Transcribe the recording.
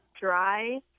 dry